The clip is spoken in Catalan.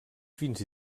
fins